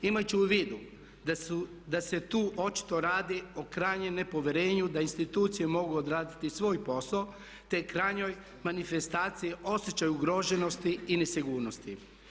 Imajući u vidu da se tu očito radi o krajnjem nepovjerenju da institucije mogu odraditi svoj posao te krajnjoj manifestaciji osjećaj ugroženosti i nesigurnosti.